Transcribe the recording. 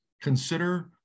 consider